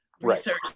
research